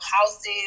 houses